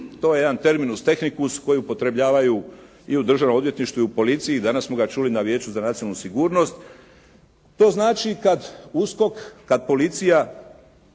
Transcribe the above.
to je jedan termicus tehnicus koji upotrebljavaju i u državnom odvjetništvu i u policiji, danas smo ga čuli na Vijeću za nacionalnu sigurnost. To znači kada USKOK, kada policija